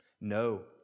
No